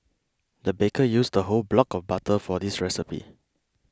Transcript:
the baker used a whole block of butter for this recipe